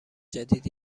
جدید